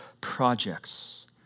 projects